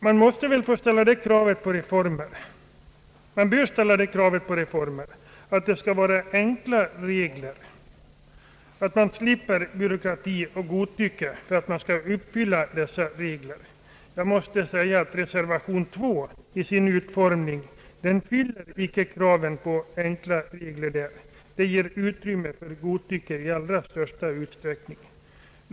Man måste få ställa det kravet på reformer, att det skall vara enkla regler och att man skall slippa byråkrati och godtycke för att reglerna skall kunna efterlevas. Med den utformning reservation II fått fyller den inte kravet på enkla regler. Det ges där utrymme för godtycke i allra största utsträckning.